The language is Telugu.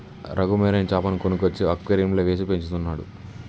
రఘు మెరైన్ చాపను కొనుక్కొచ్చి అక్వేరియంలో వేసి పెంచుతున్నాడు